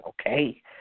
okay